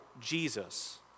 Jesus